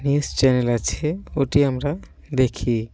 news channel আছে ওটি আমরা দেখি